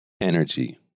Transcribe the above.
energy